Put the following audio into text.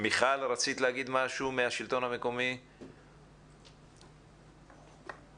מיכל מהשלטון המקומי, רצית להגיד משהו?